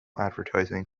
advertising